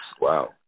Wow